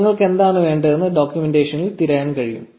1150 നിങ്ങൾക്ക് എന്താണ് വേണ്ടതെന്ന് ഡോക്യുമെന്റേഷനിൽ തിരയാനും കഴിയും